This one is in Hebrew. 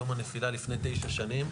יום הנפילה לפני תשע שנים,